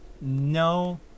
no